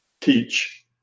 teach